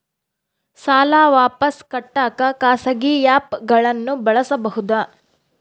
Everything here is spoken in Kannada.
ಸಾಲ ವಾಪಸ್ ಕಟ್ಟಕ ಖಾಸಗಿ ಆ್ಯಪ್ ಗಳನ್ನ ಬಳಸಬಹದಾ?